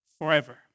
forever